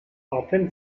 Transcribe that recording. often